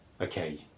okay